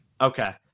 Okay